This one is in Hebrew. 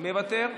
מוותר.